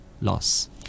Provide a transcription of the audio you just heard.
loss